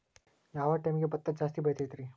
ಯಾವ ಟೈಮ್ಗೆ ಭತ್ತ ಜಾಸ್ತಿ ಬೆಳಿತೈತ್ರೇ?